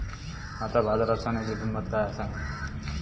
आता बाजारात सोन्याची किंमत काय असा?